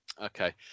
Okay